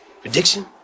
Prediction